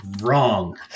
wrong